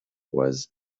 was